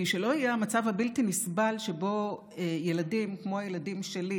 שלא יהיה המצב הבלתי-נסבל שבו ילדים כמו הילדים שלי,